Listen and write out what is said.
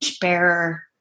bearer